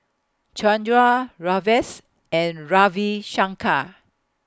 Chandra Rajesh and Ravi Shankar